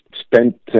spent